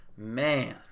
Man